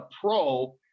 pro